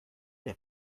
der